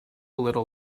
little